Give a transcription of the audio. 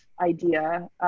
idea